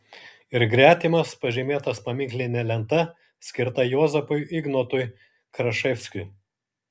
ir gretimas pažymėtas paminkline lenta skirta juozapui ignotui kraševskiui